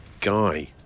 Guy